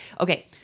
Okay